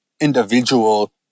individual